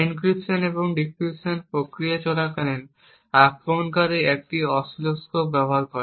encryption এবং decryption প্রক্রিয়া চলাকালীন আক্রমণকারী একটি অসিলোস্কোপ ব্যবহার করে